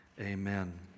amen